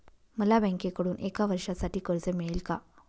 मला बँकेकडून एका वर्षासाठी कर्ज मिळेल का?